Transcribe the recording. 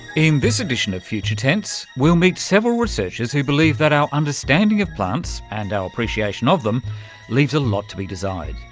in this edition of future tense we'll meet several researchers who believe that our understanding of plants and our appreciation of them leaves a lot to be desired,